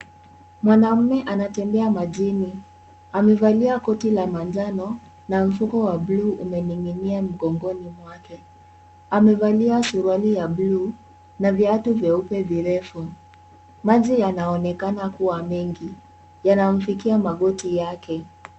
Mwanaume anatembea majini, amevalia koti la manjano, na mfuko wa bluu umening'inia mgongoni mwake. Amevalia suruali ya bluu, na viatu vyeupe virefu. Maji yanaonekana kuwa mengi, yanamfikia magoti yake.